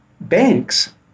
banks